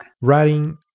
Writing